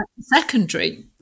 secondary